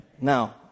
Now